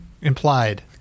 implied